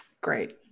Great